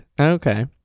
Okay